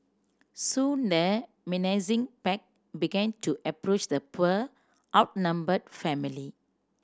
soon the menacing pack began to approach the poor outnumbered family